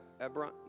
Ebron